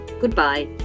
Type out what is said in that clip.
goodbye